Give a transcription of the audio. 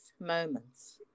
moments